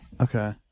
Okay